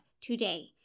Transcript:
today